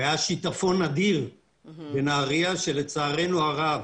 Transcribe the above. היה שיטפון אדיר בנהריה שלצערנו הרב